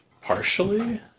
partially